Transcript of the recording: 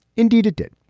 indeed it did.